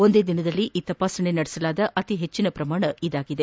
ಒಂದೇ ದಿನದಲ್ಲಿ ಈ ತಪಾಸಣೆ ನಡೆಸಲಾದ ಅತಿ ಪೆಟ್ಟನ ಪ್ರಮಾಣ ಇದಾಗಿದೆ